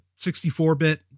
64-bit